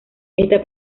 esta